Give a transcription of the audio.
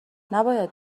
نباید